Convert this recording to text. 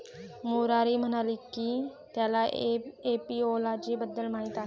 मुरारी म्हणाला की त्याला एपिओलॉजी बद्दल माहीत आहे